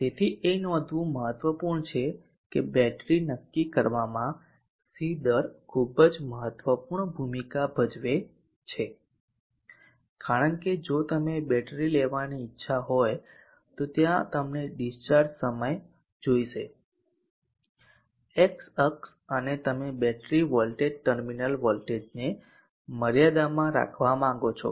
તેથી એ નોંધવું ખૂબ જ મહત્વપૂર્ણ છે કે બેટરી નક્કી કરવામાં C દર ખૂબ જ મહત્વપૂર્ણ ભૂમિકા ભજવે છે કારણ કે જો તમને બેટરી લેવાની ઇચ્છા હોય તો ત્યાં તમને ડીસ્ચાર્જ સમય જોઈશે એક્સ અક્ષ અને તમે બેટરી વોલ્ટેજ ટર્મિનલ વોલ્ટેજ ને મર્યાદામાં રાખવા માંગો છો